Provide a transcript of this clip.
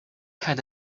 had